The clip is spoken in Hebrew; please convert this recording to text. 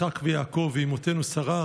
יצחק ויעקב ואימותינו שרה,